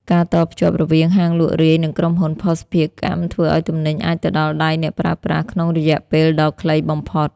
ការតភ្ជាប់រវាងហាងលក់រាយ និងក្រុមហ៊ុនភស្តុភារកម្ម ធ្វើឱ្យទំនិញអាចទៅដល់ដៃអ្នកប្រើប្រាស់ក្នុងរយៈពេលដ៏ខ្លីបំផុត។